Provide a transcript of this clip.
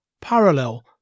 parallel